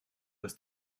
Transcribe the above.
das